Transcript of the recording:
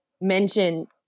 mention